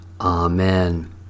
Amen